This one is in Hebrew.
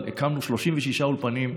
אבל הקמנו 36 אולפנים,